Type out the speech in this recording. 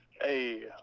Hey